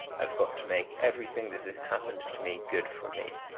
i have got to make everything happened to me good for me.